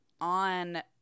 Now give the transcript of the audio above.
on